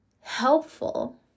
helpful